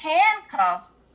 handcuffs